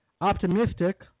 optimistic